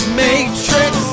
matrix